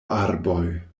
arboj